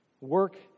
Work